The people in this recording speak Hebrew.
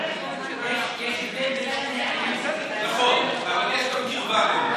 יש הבדל בין, נכון, אבל יש גם קרבה ביניהם.